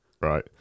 right